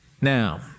Now